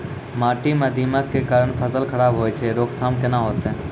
माटी म दीमक के कारण फसल खराब होय छै, रोकथाम केना होतै?